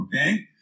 okay